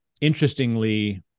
interestingly